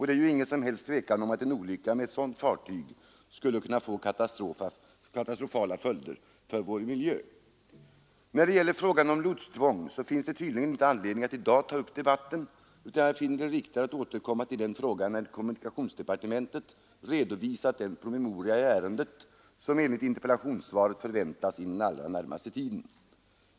Det är ju inget som helst tvivel om att en olycka med ett sådant fartyg skulle kunna få katastrofala följder för vår miljö. När det gäller frågan om lotstvång finns det tydligen inte anledning att i dag ta upp debatten, utan jag finner det riktigare att återkomma till den frågan när kommunikationsdepartementet redovisat den promemoria i ärendet som enligt interpellationssvaret förväntas inom den allra närmaste tiden.